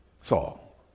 Saul